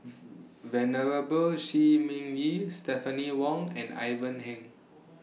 Venerable Shi Ming Yi Stephanie Wong and Ivan Heng